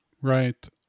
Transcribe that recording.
Right